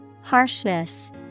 Harshness